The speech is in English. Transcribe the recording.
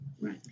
right